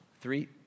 Three